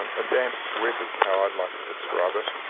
um a damp squib is how i'd like to describe it.